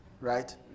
right